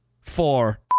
Four